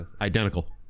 Identical